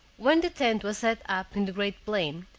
when the tent was set up in the great plain,